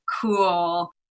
cool